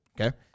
Okay